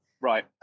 Right